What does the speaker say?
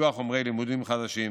פיתוח חומרי לימוד חדשים,